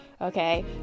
okay